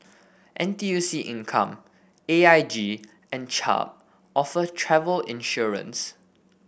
N T U C Income A I G and Chubb offer travel insurance